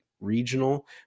regional